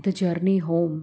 the journey home